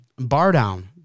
Bardown